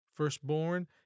Firstborn